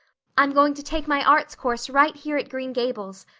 i'm going to take my arts course right here at green gables,